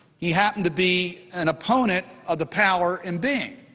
he happened to be an opponent of the power in being.